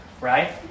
right